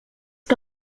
que